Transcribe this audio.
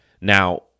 Now